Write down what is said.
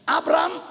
Abraham